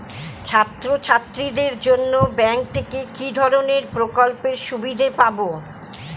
ছাত্রছাত্রীদের জন্য ব্যাঙ্ক থেকে কি ধরণের প্রকল্পের সুবিধে পাবো?